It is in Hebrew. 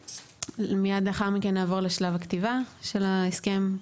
מיד לאחר מכן נעבור לשלב הכתיבה של ההסכם,